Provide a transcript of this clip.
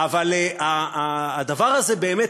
אבל הדבר הזה באמת,